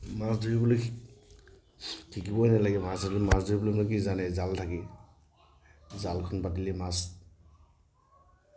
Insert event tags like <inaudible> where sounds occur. মাছ ধৰিবলৈ শিকিবই নালাগে মাছ <unintelligible> কি জানে জাল থাকেই জালখন পাতিলেই মাছ